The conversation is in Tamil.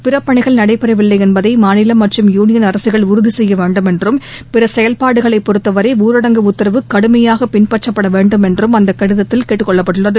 பிற பணிகள் நடைபெறவில்லை என்பதை மாநில மற்றும் யூனியன் அரசுகள் உறுதி செய்ய வேண்டும் என்றும் பிற செயல்பாடுகளைப் பொறுத்தவரை ஊரடங்கு உத்தரவு கடுமையாகப் பின்பற்றப்பட வேண்டும் என்றும் அந்த கடிதத்தில் கேட்டுக் கொள்ளப்பட்டுள்ளது